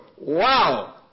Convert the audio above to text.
Wow